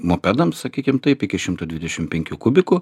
mopedams sakykim taip iki šimto dvidešimt penkių kubikų